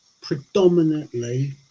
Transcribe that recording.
predominantly